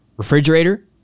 Refrigerator